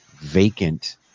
vacant